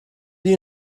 you